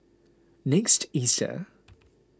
next Easter